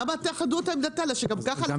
למה תאחדו אותה עם נתניה שגם ככה -- גם